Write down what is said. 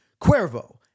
Cuervo